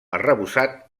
arrebossat